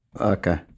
Okay